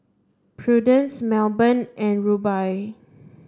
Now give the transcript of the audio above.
Prudence Melbourne and Rubye